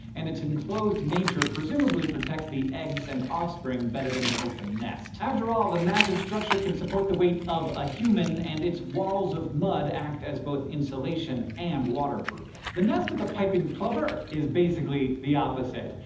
and its enclosed nature presumably protects the eggs and offspring better than an open nest. after all, the massive structure can support the weight of a human, and its walls of mud act as both insulation and waterproofing. the nest of the piping plover is basically the opposite.